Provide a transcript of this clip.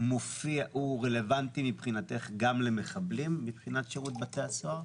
הוא רלוונטי מבחינתך גם למחבלים מבחינת שירות בתי הסוהר?